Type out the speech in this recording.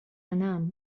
أنام